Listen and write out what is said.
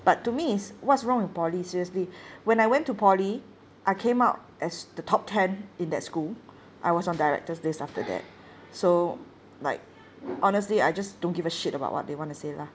but to me is what's wrong with poly seriously when I went to poly I came out as the top ten in that school I was on director's list after that so like honestly I just don't give a shit about what they want to say lah